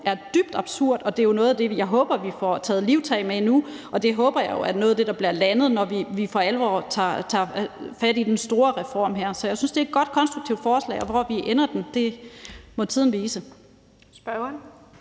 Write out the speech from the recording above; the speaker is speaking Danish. er dybt absurd, og det er jo noget af det, som jeg håber vi får taget livtag med nu. Og jeg håber, at det er noget af det, der bliver landet, når vi for alvor tager fat i den store reform her. Så jeg synes, det er et godt, konstruktivt forslag, og hvor det ender, må tiden vise.